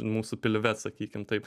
mūsų pilve sakykim taip